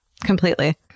completely